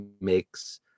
makes